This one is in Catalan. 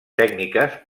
tècniques